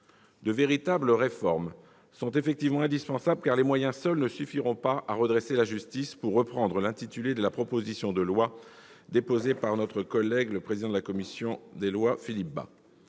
De véritables réformes sont en effet indispensables, car les moyens seuls ne suffiront pas au « redressement » de la justice, pour reprendre l'intitulé de la proposition de loi déposée par notre collègue Philippe Bas, président de la commission des lois. Madame la